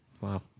Wow